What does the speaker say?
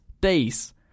days